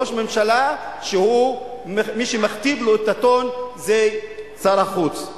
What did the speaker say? ראש ממשלה שמי שמכתיב לו את הטון זה שר החוץ.